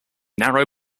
narrow